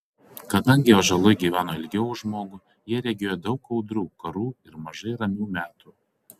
kadangi ąžuolai gyveno ilgiau už žmogų jie regėjo daug audrų karų ir mažai ramių metų